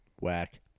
whack